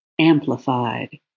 amplified